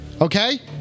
Okay